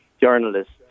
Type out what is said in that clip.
journalists